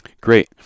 Great